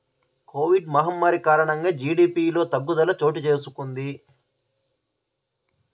Covid మహమ్మారి కారణంగా జీడీపిలో తగ్గుదల చోటుచేసుకొంది